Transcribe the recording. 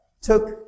took